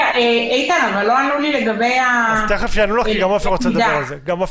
אם הטיפול הזה ניתן כטיפול